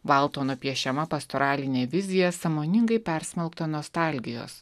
valtono piešiama pastoralinė vizija sąmoningai persmelkta nostalgijos